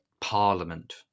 parliament